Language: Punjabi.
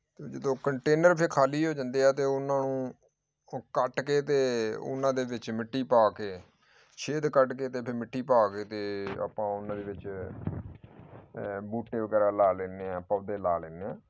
ਅਤੇ ਜਦੋਂ ਕੰਟੇਨਰ ਫਿਰ ਖਾਲੀ ਹੋ ਜਾਂਦੇ ਆ ਤੇ ਉਨ੍ਹਾਂ ਨੂੰ ਓ ਕੱਟ ਕੇ ਅਤੇ ਉਨ੍ਹਾਂ ਦੇ ਵਿੱਚ ਮਿੱਟੀ ਪਾ ਕੇ ਛੇਦ ਕੱਢ ਕੇ ਅਤੇ ਫਿਰ ਮਿੱਟੀ ਪਾ ਕੇ ਤੇ ਆਪਾਂ ਉਨ੍ਹਾਂ ਦੇ ਵਿੱਚ ਅ ਬੂਟੇ ਵਗੈਰਾ ਲਾ ਲੈਂਦੇ ਹਾਂ ਪੌਦੇ ਲਾ ਲੈਂਦੇ ਆ